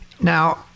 Now